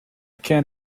can’t